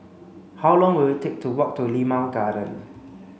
how long will it take to walk to Limau Garden